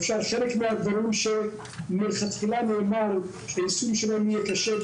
אפשר שחלק מהדברים שמלכתחילה נאמר שהיישום שלהם יהיה קשה,